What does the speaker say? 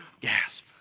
Gasp